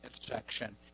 section